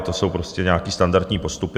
To jsou prostě nějaké standardní postupy.